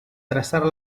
trazar